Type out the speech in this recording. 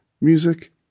music